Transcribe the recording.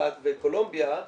בצרפת וקולומביה אז-